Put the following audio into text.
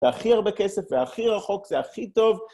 הכי הרבה כסף והכי רחוק והכי טוב.